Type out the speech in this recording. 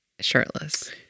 shirtless